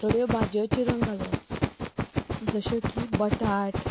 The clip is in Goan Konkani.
थोड्यो भाजयो चिरून घालप जश्यो की बटाट